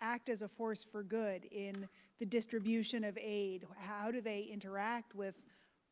act as a force for good in the distribution of aid? how do they interact with